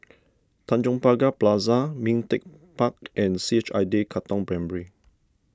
Tanjong Pagar Plaza Ming Teck Park and C H I day Katong Primary